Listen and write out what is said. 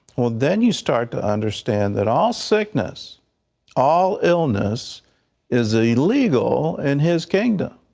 then you start to understand that all sickness all illness is illegal in his kingdom.